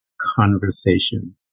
conversation